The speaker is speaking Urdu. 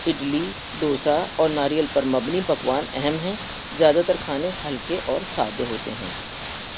اڈلی دووسا اور ناریل پر مبنی پکوان اہم ہیں زیادہ تر کھانے ہلکے اور سادے ہوتے ہیں